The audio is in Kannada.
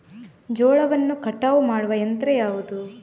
ಜೋಳವನ್ನು ಕಟಾವು ಮಾಡುವ ಯಂತ್ರ ಯಾವುದು?